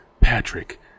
Patrick